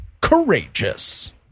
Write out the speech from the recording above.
Courageous